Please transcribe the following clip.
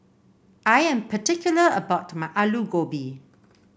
I am particular about my Alu Gobi